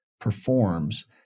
performs